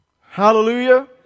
Hallelujah